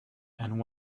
and